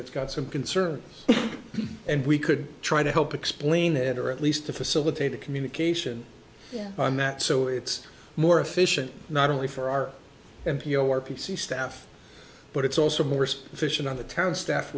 that's got some concerns and we could try to help explain it or at least to facilitate a communication on that so it's more efficient not only for our m p o r p c staff but it's also more efficient on the town staff